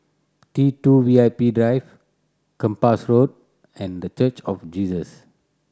T Two V I P Drive Kempas Road and The Church of Jesus